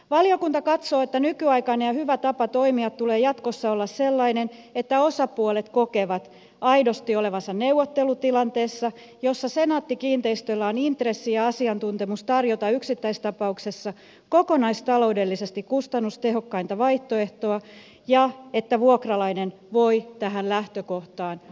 valiokunta katsoo että nykyaikaisen ja hyvän tavan toimia tulee jatkossa olla sellainen että osapuolet kokevat aidosti olevansa neuvottelutilanteessa jossa senaatti kiinteistöillä on intressi ja asiantuntemus tarjota yksittäistapauksessa kokonaistaloudellisesti kustannustehokkainta vaihtoehtoa ja että vuokralainen voi tähän lähtökohtaan luottaa